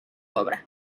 obra